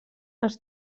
els